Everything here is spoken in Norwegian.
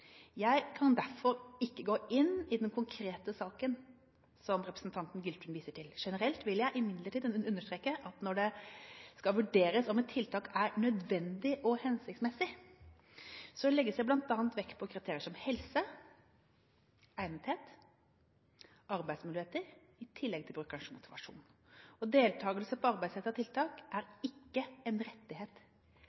Jeg kan derfor ikke gå inn i den konkrete saken som representanten Giltun viser til. Generelt vil jeg imidlertid understreke at når det skal vurderes om et tiltak er nødvendig og hensiktsmessig, legges det bl.a. vekt på kriterier som helse, egnethet og arbeidsmuligheter, i tillegg til brukerens motivasjon. Deltakelse på arbeidsrettede tiltak er